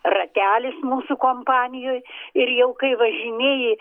ratelis mūsų kompanijoj ir jau kai važinėji